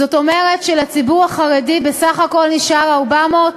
זאת אומרת שלציבור החרדי בסך הכול נשארו 400,